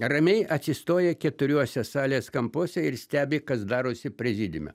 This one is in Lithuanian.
ramiai atsistoja keturiuose salės kampuose ir stebi kas darosi prezidiume